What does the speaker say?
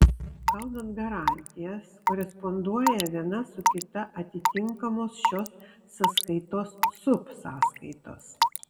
gaunant garantijas koresponduoja viena su kita atitinkamos šios sąskaitos subsąskaitos